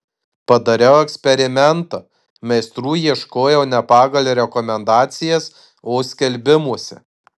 padariau eksperimentą meistrų ieškojau ne pagal rekomendacijas o skelbimuose